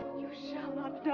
you shall not die!